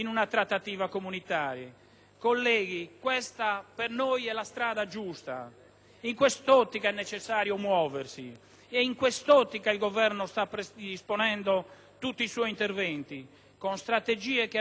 Colleghi, questa per noi è la strada giusta! In quest'ottica è necessario muoversi e in quest'ottica il Governo sta predisponendo tutti i suoi interventi, con strategie che agiscono a breve termine